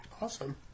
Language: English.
Awesome